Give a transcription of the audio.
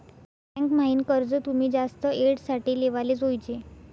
bank म्हाईन कर्ज तुमी जास्त येळ साठे लेवाले जोयजे